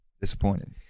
Disappointed